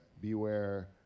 beware